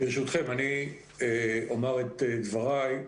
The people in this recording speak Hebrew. ברשותכם אני אומר את דבריי.